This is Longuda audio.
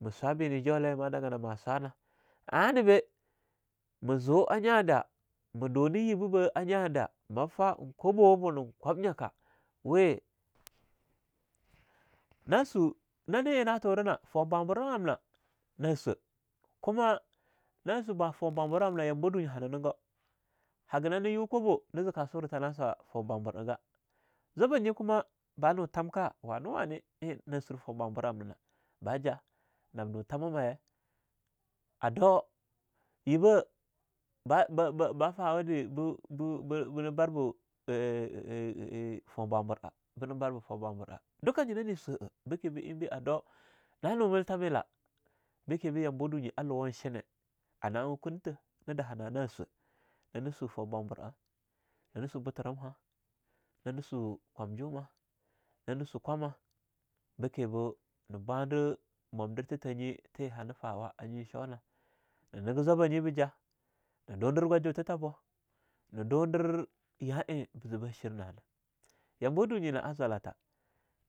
Mah swabi nijola a eing ma danga namah swanah, anah beh ma zoo anyahdah, ma dunah yebabah a nyah da mab fah eing kwabaha bunah ein kwamnyaka we [background sound from the speaker]. Nah swa nane eing na turana fown bwabwur'a amna na swa kuma na swa bah foun bwabur'a na yambawa dunye hana nigo, haga nahne yu kwabo, ni zee kasurah, tana swah foun bwabur'a gah zwabba nyi kuma ba nu thamka wane-wane eing na sur foun bwabur'amna na ba ja nab nu thamama ye a dau yiba ba ba ba fawude bu bu bu bina barbo ee..ee..nee foun bwabur'a bina barbo foun bwanbur'a duka nyinah ne swa'a. Bike be eing be ado, nah no milthamelah, bekebo yambawadunyi a lowo eing shine a nawa kuntha, nah daha nah na swah, nah su fow bwabura, nan su buturimha, nan su kwanjuma, nani su kwamah, bika boo ne bwade momdirtha tha nye tee hana fawa a show nah. Nah nige zwabahbanye bijah nah dundir gwajutha Thabo, na dundir ya eing zibah shirnah nah. Yambawa dunye na'a zwalatha,